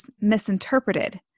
misinterpreted